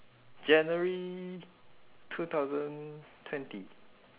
january two thousand twenty